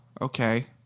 okay